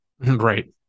Right